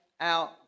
out